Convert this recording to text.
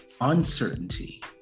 uncertainty